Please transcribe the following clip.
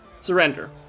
surrender